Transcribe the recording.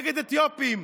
נגד אתיופים.